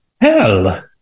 hell